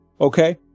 Okay